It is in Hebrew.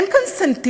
אין כאן סנטימנטים.